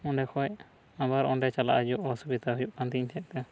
ᱚᱸᱰᱮ ᱠᱷᱚᱱ ᱟᱵᱟᱨ ᱚᱸᱰᱮ ᱪᱟᱞᱟᱜ ᱦᱤᱡᱩᱜ ᱚᱥᱩᱵᱤᱫᱟ ᱦᱩᱭᱩᱜ ᱠᱟᱱ ᱛᱤᱧ ᱛᱟᱦᱮᱸᱫ ᱛᱮ